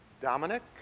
Dominic